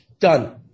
Done